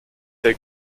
der